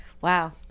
Wow